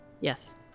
yes